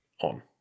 on